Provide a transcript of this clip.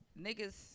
niggas